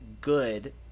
good